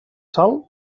sal